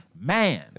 man